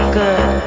good